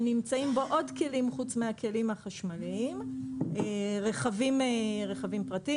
שנמצאים בו עוד כלים חוץ מהכלים החשמליים רכבים פרטיים,